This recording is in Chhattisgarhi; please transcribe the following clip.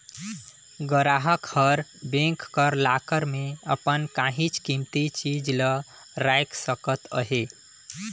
गराहक हर बेंक कर लाकर में अपन काहींच कीमती चीज ल राएख सकत अहे